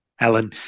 Alan